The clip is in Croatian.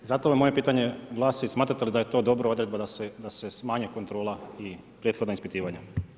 Zato ovo moje pitanje glasi smatrate li da je to dobra odredba da se smanji kontrola i prethodna ispitivanja.